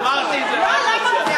אמרתי זה, לא, לא אמרת